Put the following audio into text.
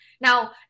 now